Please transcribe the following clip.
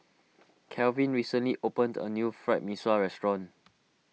Calvin recently opened a new Fried Mee Sua restaurant